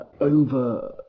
over